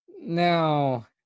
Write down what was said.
Now